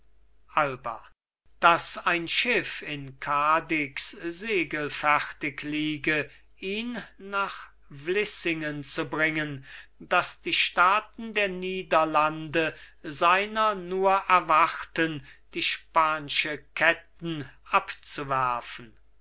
alba daß ein schiff in cadix segelfertig liege ihn nach vlissingen zu bringen daß die staaten der niederlande seiner nur erwarten die span'sche ketten abzuwerfen